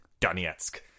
Donetsk